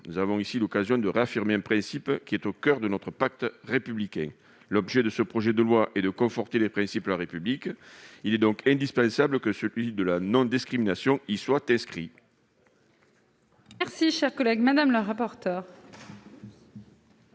Nous avons ici l'occasion de réaffirmer un principe qui est au coeur de notre pacte républicain. L'objet de ce projet de loi étant précisément de conforter le respect des principes de la République, il est indispensable que celui de la non-discrimination y soit inscrit.